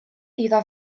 iddo